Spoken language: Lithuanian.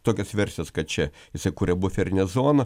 tokios versijos kad čia jisai kuria buferinę zoną